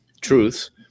truths